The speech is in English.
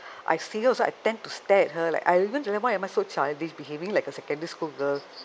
I see her also I tend to stare at her like I even why am I so childish behaving like a secondary school girl